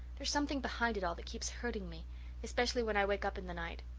there's something behind it all that keeps hurting me especially when i wake up in the night.